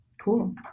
Cool